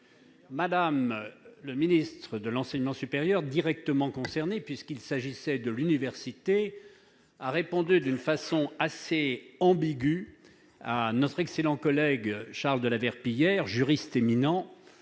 Mme le ministre de l'enseignement supérieur, qui est directement concernée, puisqu'il s'agit de l'université, a répondu d'une façon assez ambiguë à notre excellent collègue, Charles de la Verpillière, juriste éminent,